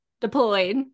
deployed